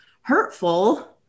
hurtful